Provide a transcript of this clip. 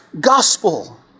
gospel